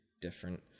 different